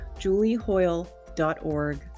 juliehoyle.org